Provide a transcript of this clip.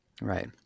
Right